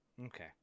Okay